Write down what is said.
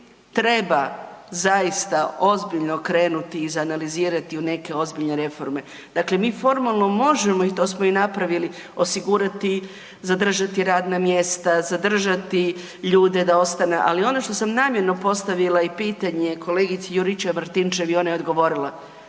treba zaista ozbiljno krenuti, izanalizirati u neke ozbiljne reforme. Dakle mi formalno možemo i to smo i napravili, osigurati, zadržati radna mjesta, zadržati ljude da ostanu, ali ono što sam namjerno postavila i pitanje kolegici Juričev Martinčev i ona je odgovorila,